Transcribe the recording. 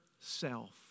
self